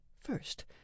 First